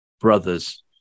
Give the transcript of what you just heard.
brothers